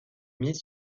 mise